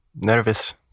nervous